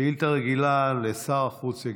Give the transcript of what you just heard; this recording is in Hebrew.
שאילתה רגילה לשר החוץ,